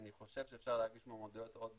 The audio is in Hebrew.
אני חושב שאפשר להגיש מועמדויות עד